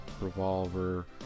Revolver